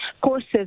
courses